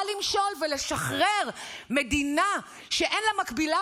בא למשול ולשחרר מדינה שאין לה מקבילה